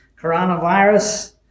coronavirus